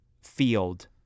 field